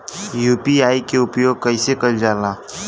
UPI के उपयोग कइसे कइल जाला?